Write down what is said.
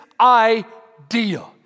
idea